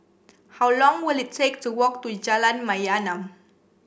how long will it take to walk to Jalan Mayaanam